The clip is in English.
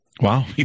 Wow